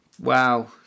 wow